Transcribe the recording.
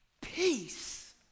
peace